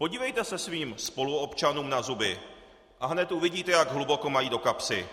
Podívejte se svým spoluobčanům na zuby a hned uvidíte, jak hluboko mají do kapsy.